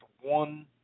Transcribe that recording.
one